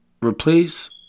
Replace